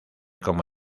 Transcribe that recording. como